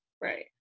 Right